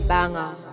Banger